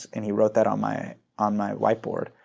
and he wrote that on my on my whiteboard.